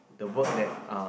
the work that uh